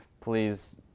please